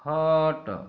ଖଟ